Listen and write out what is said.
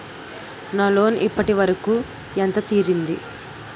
నా లోన్ ఇప్పటి వరకూ ఎంత తీరింది?